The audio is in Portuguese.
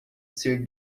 ser